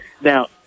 Now